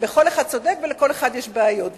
ובכל אחד יש בעיות,